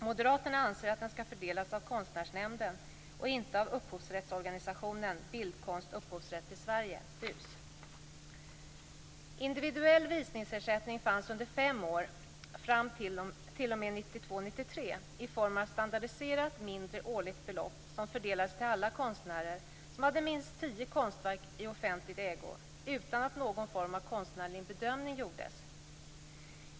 Moderaterna anser att den skall fördelas av Konstnärsnämnden och inte av upphovsrättsorganisationen Bildkonst Individuell visningsersättning fanns under fem år fram till t.o.m. 1992/93 i form av ett standardiserat, mindre, årligt belopp, som fördelades till alla konstnärer som hade minst tio konstverk i offentlig ägo, utan att någon form av konstnärlig bedömning gjordes.